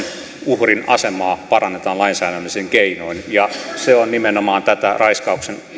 uhrin asemaa parannetaan lainsäädännöllisin keinoin ja se on nimenomaan tätä raiskauksen